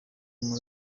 müller